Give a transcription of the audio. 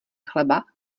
chleba